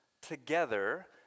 together